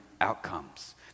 outcomes